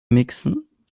mixen